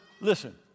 listen